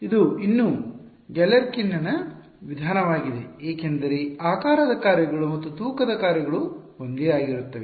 ಇದು ಇನ್ನೂ ಗ್ಯಾಲೆರ್ಕಿನ್ನ ವಿಧಾನವಾಗಿದೆ ಏಕೆಂದರೆ ಆಕಾರದ ಕಾರ್ಯಗಳು ಮತ್ತು ತೂಕದ ಕಾರ್ಯಗಳು ಒಂದೇ ಆಗಿರುತ್ತವೆ